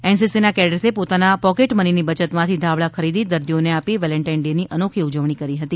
એનસીસીના કેડેટસે પોતાના પોકેટમનીની બચતમાંથી ધાબળા ખરીદી દર્દીઓને આપી વેલેન્ટાઇન્સ ડે ની અનોખી ઉજવણી કરી હતી